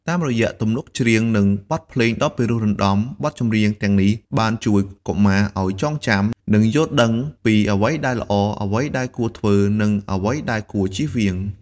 តាមរយៈទំនុកច្រៀងនិងបទភ្លេងដ៏ពិរោះរណ្ដំ បទចម្រៀងទាំងនេះបានជួយកុមារឲ្យចងចាំ និងយល់ដឹងពីអ្វីដែលល្អ អ្វីដែលគួរធ្វើ និងអ្វីដែលគួរជៀសវាង។